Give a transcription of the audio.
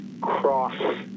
cross